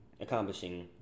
accomplishing